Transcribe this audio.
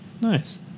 Nice